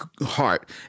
heart